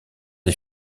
des